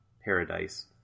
Paradise